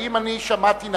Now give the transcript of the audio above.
האם אני שמעתי נכון,